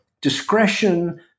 discretion